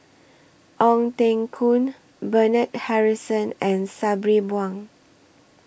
Ong Teng Koon Bernard Harrison and Sabri Buang